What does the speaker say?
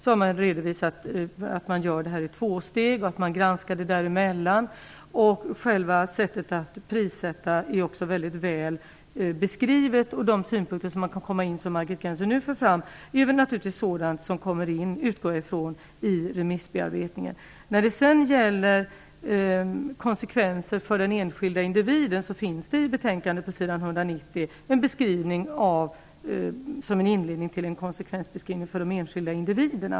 Man har redovisat att detta görs i två steg och att det granskas däremellan. För det andra är sättet att prissätta mycket väl beskrivet. Jag utgår också från att de synpunkter som Margit Gennser nu för fram kommer in i remissbearbetningen. När det sedan gäller konsekvenser för den enskilde individen finns det på s. 190 en inledning till en beskrivning av sådana konsekvenser.